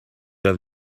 have